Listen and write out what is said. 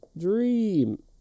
dream